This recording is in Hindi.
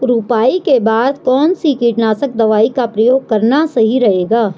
रुपाई के बाद कौन सी कीटनाशक दवाई का प्रयोग करना सही रहेगा?